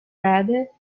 rather